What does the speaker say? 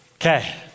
Okay